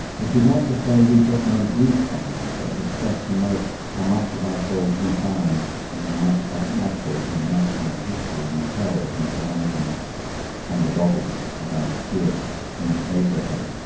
which is not say we get no grief from nature, it's just to note how much of ourselves we find and how much of our natural and national history we tell in calamities and the doggedness of our spirit in the face of them.